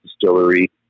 distillery